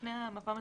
לפני המפה המצבית.